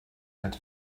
had